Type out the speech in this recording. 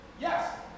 Yes